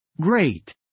Great